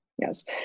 Yes